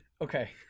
okay